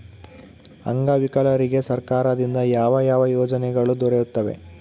ಅಂಗವಿಕಲರಿಗೆ ಸರ್ಕಾರದಿಂದ ಯಾವ ಯಾವ ಯೋಜನೆಗಳು ದೊರೆಯುತ್ತವೆ?